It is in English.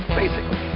basically,